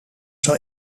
zou